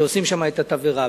שעושים שם את התבערה.